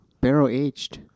barrel-aged